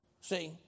See